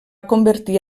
convertir